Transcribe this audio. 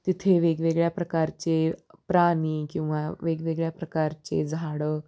तिथे वेगवेगळ्या प्रकारचे प्राणी किंवा वेगवेगळ्या प्रकारचे झाडं